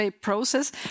process